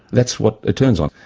that's what it turns on,